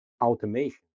automation